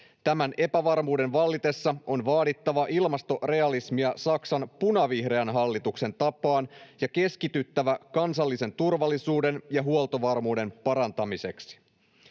Tämän epävarmuuden vallitessa on vaadittava ilmastorealismia, Saksan punavihreän hallituksen tapaan, ja keskityttävä kansallisen turvallisuuden ja huoltovarmuuden parantamiseen.